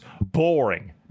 boring